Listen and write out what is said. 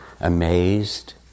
amazed